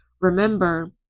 remember